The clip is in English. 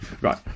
Right